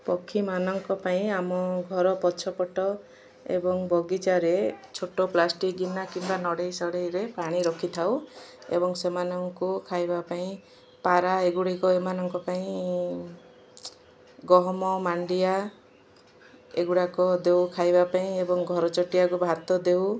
ପକ୍ଷୀମାନଙ୍କ ପାଇଁ ଆମ ଘର ପଛପଟ ଏବଂ ବଗିଚାରେ ଛୋଟ ପ୍ଲାଷ୍ଟିକ୍ ଗିନା କିମ୍ବା ନଡ଼େଇ ସଢ଼େଇରେ ପାଣି ରଖିଥାଉ ଏବଂ ସେମାନଙ୍କୁ ଖାଇବା ପାଇଁ ପାରା ଏଗୁଡ଼ିକ ଏମାନଙ୍କ ପାଇଁ ଗହମ ମାଣ୍ଡିଆ ଏଗୁଡ଼ାକ ଦଉ ଖାଇବା ପାଇଁ ଏବଂ ଘର ଚଟିଆକୁ ଭାତ ଦେଉ